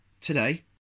Today